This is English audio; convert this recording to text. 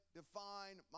define